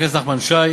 חבר הכנסת נחמן שי,